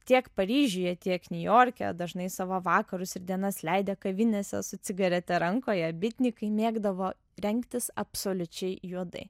tiek paryžiuje tiek niujorke dažnai savo vakarus ir dienas leidę kavinėse su cigarete rankoje bytnikai mėgdavo rengtis absoliučiai juodai